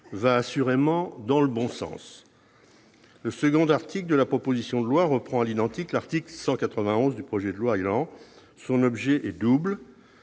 va assurément dans le bon sens. L'article 2 de la proposition de loi reprend à l'identique l'article 121 du projet de loi ÉLAN. Son objet est double.